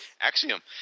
axiom